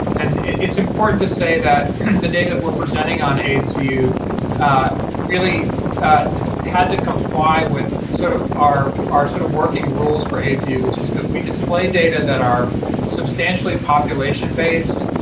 and it's important to say that the data we're presenting on aidsvu really had to comply with sort of our our sort of working rules for aidsvu, which is that we display data that are substantially population based,